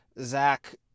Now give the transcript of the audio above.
Zach